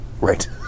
Right